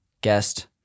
guest